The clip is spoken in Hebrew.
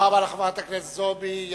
תודה רבה לחברת הכנסת זועבי.